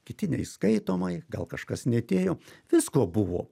kiti neįskaitomai gal kažkas neatėjo visko buvo